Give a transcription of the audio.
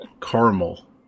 Caramel